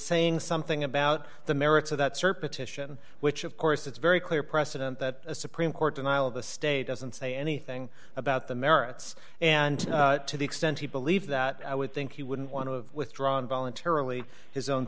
saying something about the merits of that serp attention which of course it's very clear precedent that a supreme court denial of the state doesn't say anything about the merits and to the extent he believes that i would think he wouldn't want to have withdrawn voluntarily his own